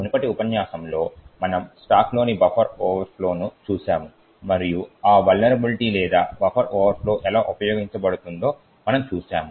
మునుపటి ఉపన్యాసంలో మనము స్టాక్లోని బఫర్ ఓవర్ఫ్లోను చూశాము మరియు ఆ వలనరబిలిటీ లేదా బఫర్ ఓవర్ఫ్లో ఎలా ఉపయోగించబడుతుందో మనము చూశాము